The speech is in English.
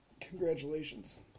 Congratulations